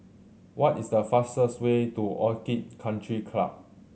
what is the fastest way to Orchid Country Club